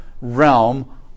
realm